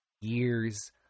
years